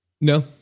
No